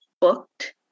Booked